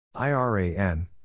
IRAN